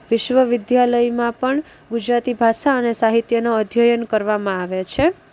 વિશ્વ વિદ્યાલયમાં પણ ગુજરાતી ભાષા અને સાહિત્યનો અધ્યયન કરવામાં આવે છે